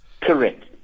Correct